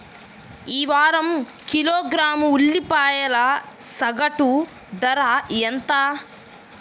ఈ వారం కిలోగ్రాము ఉల్లిపాయల సగటు ధర ఎంత?